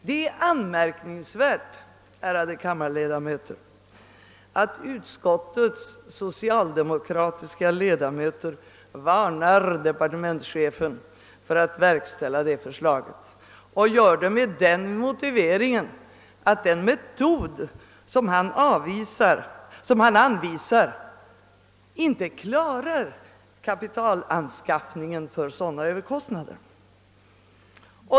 Det är anmärkningsvärt, ärade kammarledamöter, att utskottets socialdemokratiska ledamöter varnar departementschefen för att verkställa detta förslag och gör det med den motiveringen, att den metod som han anvisar inte klarar kapitalanskaffningen för sådana överkostnader.